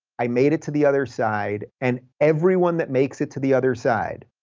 i made it to the other side, and everyone that makes it to the other side,